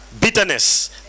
bitterness